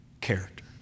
character